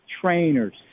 trainers